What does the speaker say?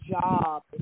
job